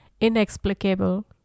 inexplicable